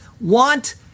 want